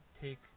take